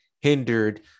hindered